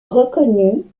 reconnu